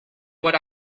what